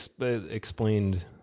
explained